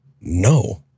No